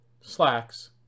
slacks